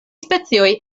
specioj